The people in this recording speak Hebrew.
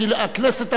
כי הכנסת הבאה,